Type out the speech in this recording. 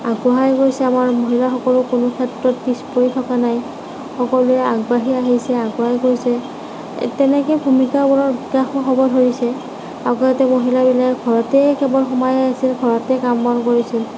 আগুৱাই গৈছে আমাৰ মহিলাসকলো কোনোক্ষেত্ৰত পিছ পৰি থকা নাই সকলো আগবাঢ়ি আহিছে আগুৱাই গৈছে তেনেকে ভূমিকাবিলাকে সলনি হ'ব ধৰিছে আগতে মহিলা একেবাৰে ঘৰতে একেবাৰে সোমাই আছিল ঘৰতে কাম বন কৰিছিল